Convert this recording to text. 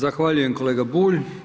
Zahvaljujem kolega Bulj.